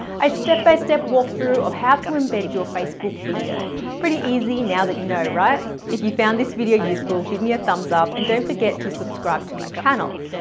step by step walkthrough of how to embed your facebook video pretty easy. now that you know, right? if you found this video useful, give me a thumbs up and don't forget to subscribe to my channel.